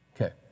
Okay